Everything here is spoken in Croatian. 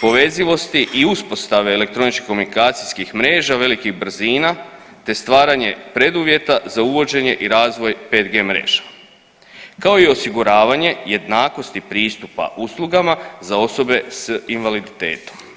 povezivosti i uspostava elektroničkih komunikacijskih mreža velikih brzina te stvaranje preduvjeta za uvođenje i razvoj 5G mreža kao i osiguravanje jednakosti pristupa uslugama za osobe s invaliditetom.